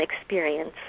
experience